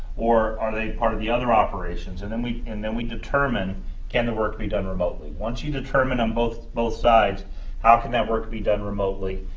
or are they part of the other operations, and then we and then we determine can the work be done remotely. once you determine on both both sides how can that work be done remotely,